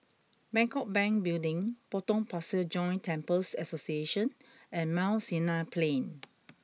Bangkok Bank Building Potong Pasir Joint Temples Association and Mount Sinai Plain